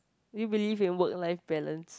do you believe in work life balance